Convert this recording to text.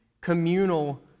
communal